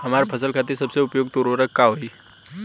हमार फसल खातिर सबसे उपयुक्त उर्वरक का होई?